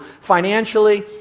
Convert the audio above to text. financially